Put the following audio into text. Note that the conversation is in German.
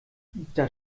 das